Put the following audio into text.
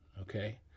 okay